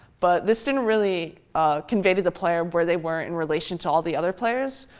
but this didn't really convey to the player where they were in relation to all the other players.